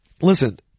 listen